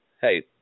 Hey